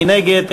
מי נגד?